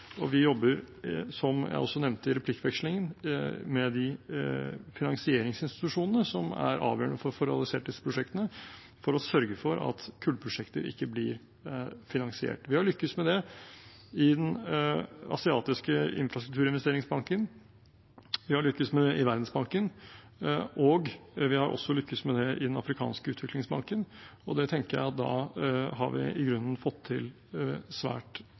og vi jobber, som jeg også nevnte i replikkvekslingen, med finansieringsinstitusjonene som er avgjørende for å få realisert disse prosjektene for å sørge for at kullprosjekter ikke blir finansiert. Vi har lykkes med det i Den asiatiske infrastrukturinvesteringsbanken. Vi har lykkes med det i Verdensbanken, og vi har også lykkes med det i Den afrikanske utviklingsbanken, og da tenker jeg at vi i grunnen har fått til svært